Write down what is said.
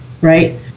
right